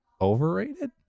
overrated